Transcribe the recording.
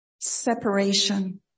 separation